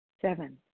Seven